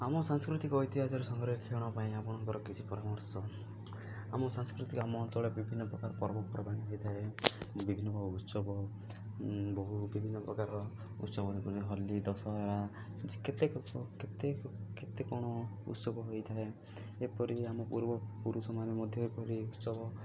ଆମ ସାଂସ୍କୃତିକ ଐତିହାସର ସଂରକ୍ଷଣ ପାଇଁ ଆପଣଙ୍କର କିଛି ପରାମର୍ଶ ଆମ ସାଂସ୍କୃତିକ ଆମ ଅଞ୍ଚଳରେ ବିଭିନ୍ନ ପ୍ରକାର ପର୍ବପର୍ବାଣି ହୋଇଥାଏ ବିଭିନ୍ନ ଉତ୍ସବ ବହୁ ବିଭିନ୍ନ ପ୍ରକାର ଉତ୍ସବ ହୋଲି ଦଶହରା କେତେ କେତେ କେତେ କ'ଣ ଉତ୍ସବ ହୋଇଥାଏ ଏପରି ଆମ ପୂର୍ବ ପୁରୁଷମାନେ ମଧ୍ୟ ଏପରି ଉତ୍ସବ